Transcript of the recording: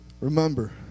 Remember